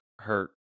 hurt